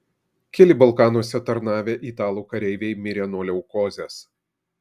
keli balkanuose tarnavę italų kareiviai mirė nuo leukozės